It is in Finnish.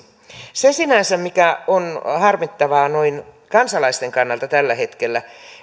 sinänsä harmittavaa noin kansalaisten kannalta tällä hetkellä